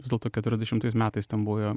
vis dėlto keturiasdešimtais metais ten buvę